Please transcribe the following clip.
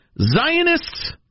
Zionists